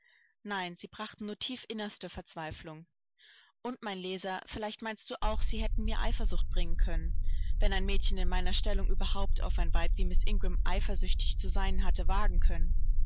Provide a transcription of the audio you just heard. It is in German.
nein sie brachten nur tiefinnerste verzweiflung und mein leser vielleicht meinst du auch sie hätten mir eifersucht bringen können wenn ein mädchen in meiner stellung überhaupt auf ein weib wie miß ingram eifersüchtig zu sein hätte wagen können